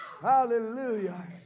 Hallelujah